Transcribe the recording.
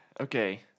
okay